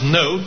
no